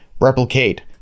replicate